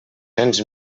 cents